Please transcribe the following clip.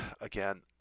again